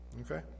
okay